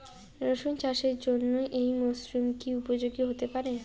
রসুন চাষের জন্য এই মরসুম কি উপযোগী হতে পারে?